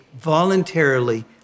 voluntarily